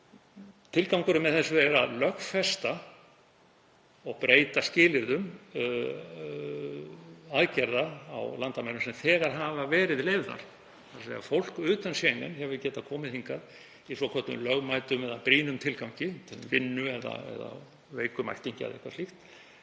Tilgangurinn með þessu er að lögfesta og breyta skilyrðum aðgerða á landamærum sem þegar hafa verið leyfðar. Fólk utan Schengen hefur getað komið hingað í svokölluðum lögmætum eða brýnum tilgangi, vegna vinnu, veiks ættingja eða einhvers slíks.